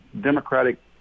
democratic